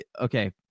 Okay